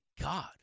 god